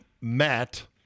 Matt